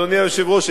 אדוני היושב-ראש,